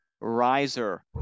Riser